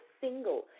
single